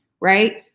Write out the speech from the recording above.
right